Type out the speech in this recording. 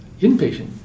inpatient